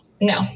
No